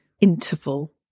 interval